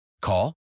Call